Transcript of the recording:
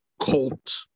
cult